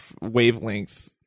wavelength